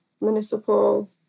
municipal